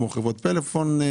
כמו חברות טלפון.